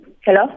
Hello